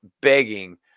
begging